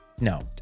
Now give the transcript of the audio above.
No